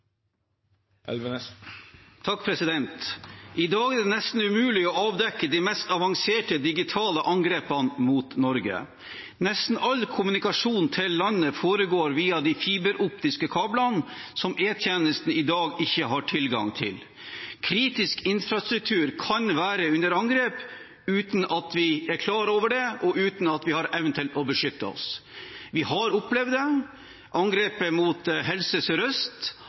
I dag er det nesten umulig å avdekke de mest avanserte digitale angrepene mot Norge. Nesten all kommunikasjon til landet foregår via de fiberoptiske kablene, som E-tjenesten i dag ikke har tilgang til. Kritisk infrastruktur kan være under angrep uten at vi er klar over det, og uten at vi har evnen til å beskytte oss. Vi har opplevd det – angrepet mot Helse